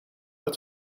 het